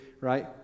right